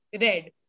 red